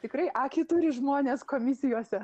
tikrai akį turi žmonės komisijose